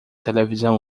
televisão